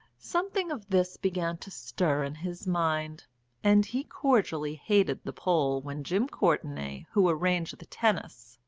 something of this began to stir in his mind and he cordially hated the pole when jim courtenay, who arranged the tennis,